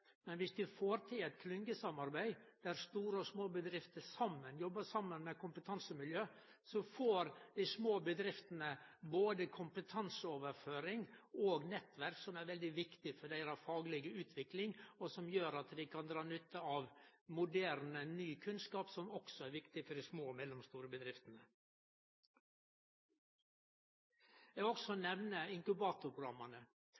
men viss ein får til eit klyngesamarbeid der store og små bedrifter jobbar saman med kompetansemiljø, får dei små bedriftene både kompetanseoverføring og nettverk, som er veldig viktig for deira faglege utvikling, og som gjer at dei kan dra nytte av moderne, ny kunnskap, som også er viktig for dei små og mellomstore bedriftene. Eg vil også